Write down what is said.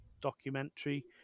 documentary